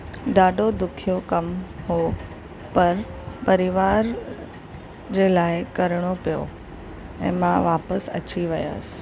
ॾाढो ॾुखियो कमु हुओ पर परिवार जे लाइ करिणो पियो ऐं मां वापसि अची वयसि